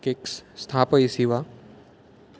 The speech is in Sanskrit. किक्स् स्थापयसि वा